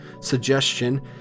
suggestion